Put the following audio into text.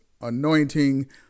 anointing